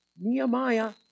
Nehemiah